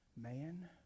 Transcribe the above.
Man